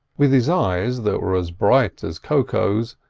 with his eyes, that were as bright as koko's,